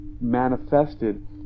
manifested